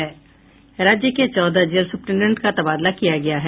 राज्य के चौदह जेल सुप्रीटेंडेंट का तबादला किया गया है